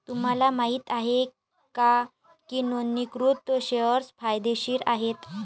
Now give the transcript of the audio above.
तुम्हाला माहित आहे का की नोंदणीकृत शेअर्स फायदेशीर आहेत?